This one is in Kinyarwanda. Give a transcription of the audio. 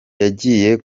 yagiye